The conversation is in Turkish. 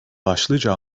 başlıca